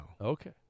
Okay